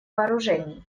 вооружений